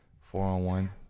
four-on-one